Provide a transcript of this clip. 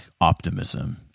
optimism